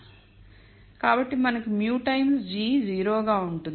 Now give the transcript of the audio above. కాబట్టి మనకు ఈ μ times g 0 గా ఉంటుంది